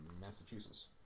Massachusetts